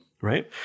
Right